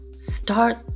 Start